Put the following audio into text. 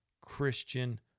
Christian